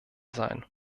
sein